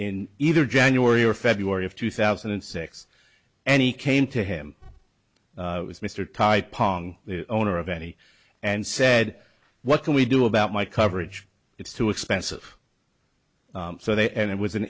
in either january or february of two thousand and six and he came to him with mr tie pong the owner of any and said what can we do about my coverage it's too expensive so they and it was